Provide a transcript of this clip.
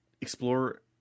Explore